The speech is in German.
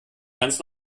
ganz